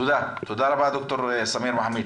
תודה רבה, ד"ר סמיר מחאמיד.